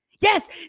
yes